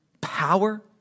power